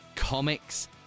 comics